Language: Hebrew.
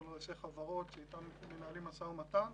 מול ראשי חברות שאיתן אנחנו מנהלים משא ומתן.